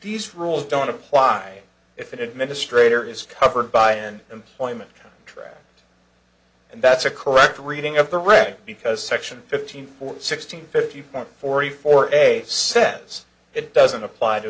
these rules don't apply if an administrator is covered by an employment tract and that's a correct reading of the record because section fifteen or sixteen fifty four forty four a sense it doesn't apply to